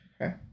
Okay